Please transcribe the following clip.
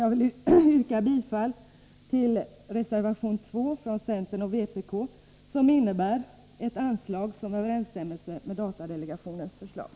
Jag yrkar bifall till reservation 2 från centern och vpk, som innebär ett anslag som överensstämmer med datadelegationens förslag.